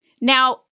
Now